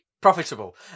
Profitable